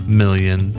million